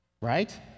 Right